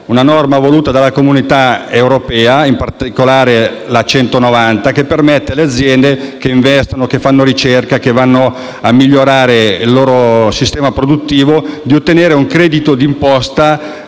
una norma voluta dalla Comunità europea, contenuta nella legge n. 190 del 2014, che permette alle aziende che investono, che fanno ricerca e che vanno a migliorare il loro sistema produttivo, di ottenere un credito d'imposta